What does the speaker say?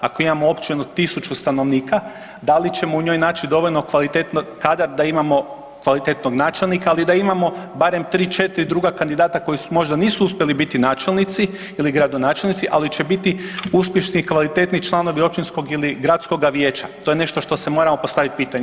Ako imamo općinu od tisuću stanovnika, da li ćemo u njoj naći dovoljno kvalitetan kadar da imamo kvalitetnog načelnika, ali da imamo barem tri, četiri druga kandidata koja možda nisu uspjeli biti načelnici ili gradonačelnici, ali će biti uspješni kvalitetni članovi općinskog ili gradskoga vijeća, to je nešto što si moramo postaviti pitanje.